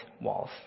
walls